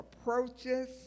approaches